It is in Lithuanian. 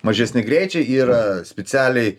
mažesni greičiai yra specialiai